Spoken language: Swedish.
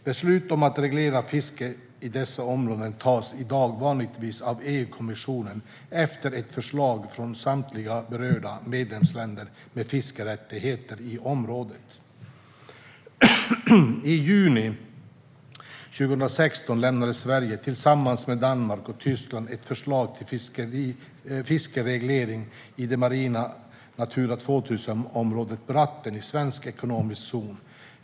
Beslut om att reglera fisket i dessa områden tas i dag vanligtvis av EU-kommissionen efter ett förslag från samtliga berörda medlemsländer med fiskerättigheter i området. I juni 2016 lämnade Sverige, tillsammans med Danmark och Tyskland, ett förslag till fiskeregleringar i det marina Natura 2000-området Bratten i svensk ekonomisk zon.